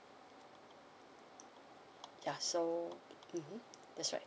ya so mmhmm that's right